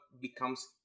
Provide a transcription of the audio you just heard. becomes